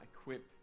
equip